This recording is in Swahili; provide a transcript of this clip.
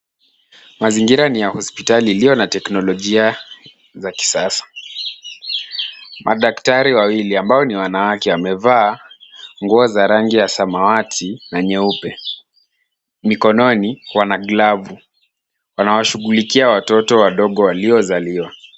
Mazingira ni ya hospitai iliyo na kiteknolojia za kisasa. Madaktari wawili ambao ni wanawake wamevaa nguo za rangi ya samawati na nyeupe. Mikononi wana glavu. Wanawashughulikia watoto wadogo waliozaliwa.